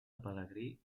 pelegrí